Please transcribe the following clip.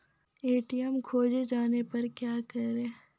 ATM खोजे जाने पर क्या करें?